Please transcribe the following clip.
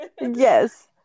yes